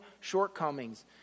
shortcomings